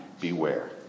beware